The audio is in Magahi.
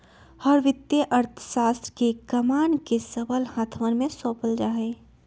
हर वित्तीय अर्थशास्त्र के कमान के सबल हाथवन में सौंपल जा हई